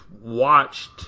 watched